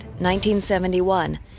1971